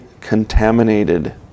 contaminated